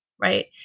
right